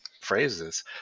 phrases